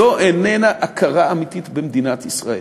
זאת איננה הכרה אמיתית במדינת ישראל.